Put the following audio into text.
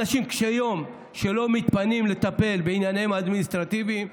אנשים קשי יום שלא מתפנים לטפל בענייניהם האדמיניסטרטיביים.